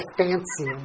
fancy